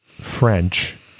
french